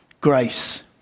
Grace